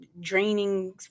draining